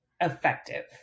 effective